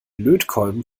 lötkolben